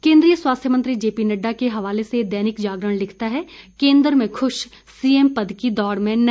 केंद्रीय स्वास्थय मंत्री जेपीनड्डा के हवाले से दैनिक जागरण लिखता है केंद्र में खुश सीएम पद की दौड़ में नहीं